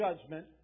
judgment